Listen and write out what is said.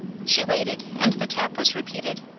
she waited, and the tap was repeated.